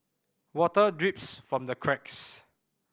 water drips from the cracks